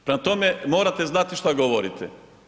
Prema tome morate znati šta govorite.